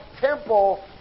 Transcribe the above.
temple